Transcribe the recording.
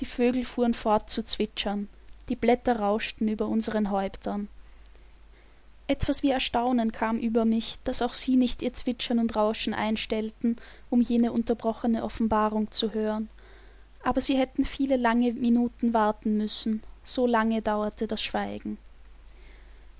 vögel fuhren fort zu zwitschern die blätter rauschten über unseren häuptern etwas wie erstaunen kam über mich daß auch sie nicht ihr zwitschern und rauschen einstellten um jene unterbrochene offenbarung zu hören aber sie hätten viele lange minuten warten müssen so lange dauerte das schweigen